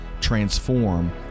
transform